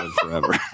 forever